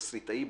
תסריטאי,